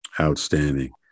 Outstanding